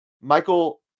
Michael